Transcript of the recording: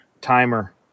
Timer